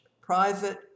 private